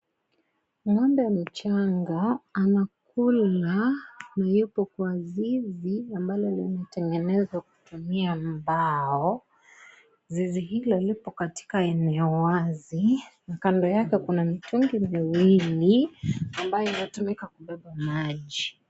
Ng'ombe mchanga anakula na yupo kwa zizi ambalo limetengenezwa kutumia mbao. Zizi hilo liko katika eneo wazi. Kando yake kuna mitungi miwili ambayo inatumika kubeba maji.